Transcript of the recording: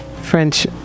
French